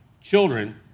children